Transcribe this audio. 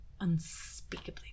unspeakably